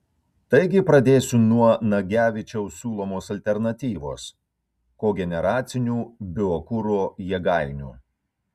taigi pradėsiu nuo nagevičiaus siūlomos alternatyvos kogeneracinių biokuro jėgainių